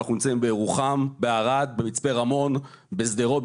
בירוחם, בערד, במצפה רמון, בשדרות.